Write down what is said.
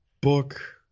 book